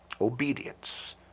obedience